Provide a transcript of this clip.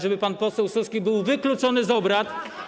żeby pan poseł Suski był wykluczony z obrad.